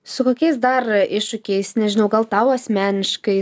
su kokiais dar iššūkiais nežinau gal tau asmeniškai